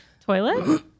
Toilet